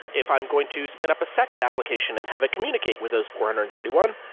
if i'm going to spin up a second application and have it communicate with those four hundred and thirty one,